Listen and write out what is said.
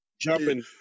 jumping